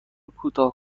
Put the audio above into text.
کوتاه